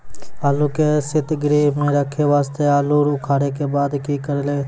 आलू के सीतगृह मे रखे वास्ते आलू उखारे के बाद की करे लगतै?